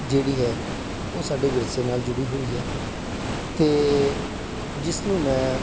ਜਿਹੜੀ ਹੈ ਉਹ ਸਾਡੇ ਵਿਰਸੇ ਨਾਲ ਜੁੜੀ ਹੋਈ ਹੈ ਅਤੇ ਜਿਸ ਨੂੰ ਮੈਂ